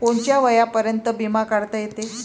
कोनच्या वयापर्यंत बिमा काढता येते?